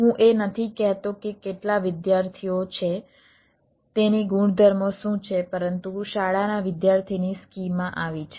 હું એ નથી કહેતો કે કેટલા વિદ્યાર્થીઓ છે તેની ગુણધર્મો શું છે પરંતુ શાળાના વિદ્યાર્થીની સ્કીમા આવી છે